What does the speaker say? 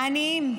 העניים.